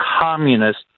communist